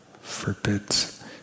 forbids